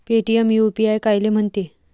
Paytm UPI कायले म्हनते?